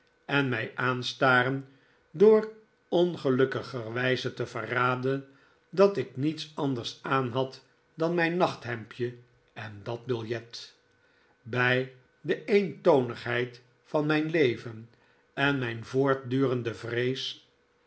en mij aanstaren door ongelukkigerwijze te verraden dat ik niets anders aanhad dan mijn nachthemdje en dat biljet bij de eentonigheid van mijn leven en mijn voortdurende vrees